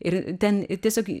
ir ten i tiesiog